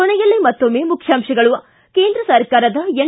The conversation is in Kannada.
ಕೊನೆಯಲ್ಲಿ ಮತ್ತೊಮ್ಮೆ ಮುಖ್ಯಾಂಶಗಳು ಿಗಿ ಕೇಂದ್ರ ಸರ್ಕಾರದ ಎನ್